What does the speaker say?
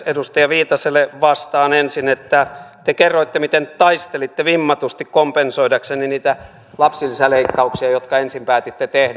edustaja viitaselle vastaan ensin että te kerroitte miten taistelitte vimmatusti kompensoidaksenne niitä lapsilisäleikkauksia jotka ensin päätitte tehdä